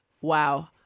wow